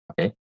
okay